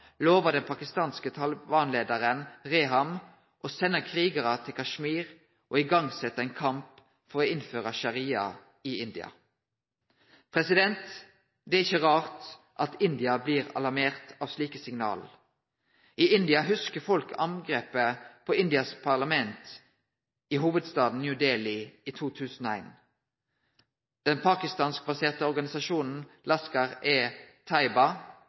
lova den pakistanske Taliban-leiaren Rehman å sende krigarar til Kashmir og setje i gang ein kamp for å innføre sharia i India. Det er ikkje rart at India blir alarmert av slike signal. I India hugsar folk angrepet på Indias parlament i hovudstaden New Delhi i 2001. Den pakistansk-baserte organisasjonen